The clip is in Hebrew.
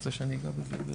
רוצה שאני אגע בזה?